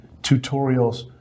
tutorials